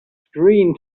screen